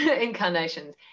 incarnations